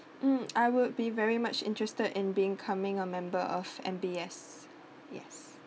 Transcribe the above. mm I would be very much interested in becoming a member of M_B_S ya